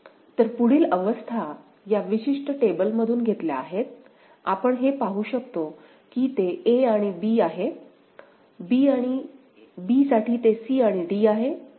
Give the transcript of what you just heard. तर पुढील अवस्था या विशिष्ट टेबल मधून घेतल्या आहेत आपण हे पाहू शकतो की ते a आणि b आहे b साठी ते c आणि d आहे